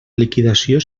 liquidació